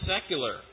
secular